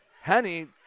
Henny